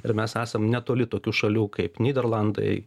ir mes esam netoli tokių šalių kaip nyderlandai